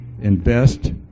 invest